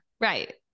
Right